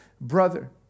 brother